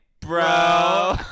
bro